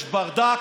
יש ברדק,